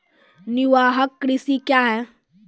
निवाहक कृषि क्या हैं?